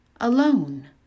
alone